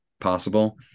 possible